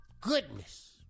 Goodness